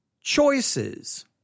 choices